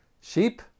sheep